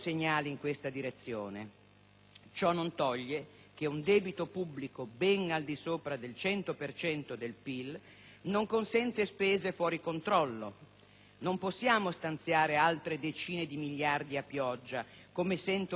Ciò non toglie che un debito pubblico ben al di sopra del 100 per cento del PIL non consenta spese fuori controllo. Non possiamo stanziare altre decine di miliardi a pioggia, come sento chiedere dall'opposizione,